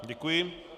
Děkuji.